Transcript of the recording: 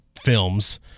films